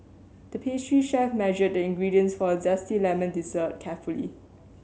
the pastry chef measured the ingredients for a zesty lemon dessert carefully